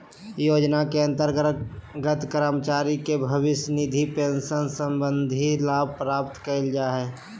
योजना के अंतर्गत कर्मचारी के भविष्य निधि पेंशन संबंधी लाभ प्रदान कइल जा हइ